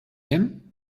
him